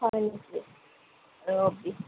হয় নেকি ৰ'বি